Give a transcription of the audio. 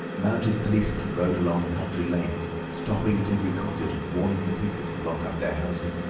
mounted policemen rode along the country lanes, stopping at every cottage and warning the people to lock up their houses,